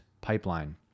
pipeline